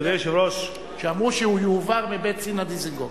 אמרו שהוא יועבר מבית צינה דיזנגוף.